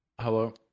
Hello